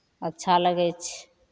अच्छा लगै छै